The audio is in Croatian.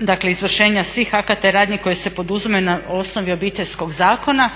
dakle izvršenja svih akata i radnji koje se poduzimaju na osnovi obiteljskog zakona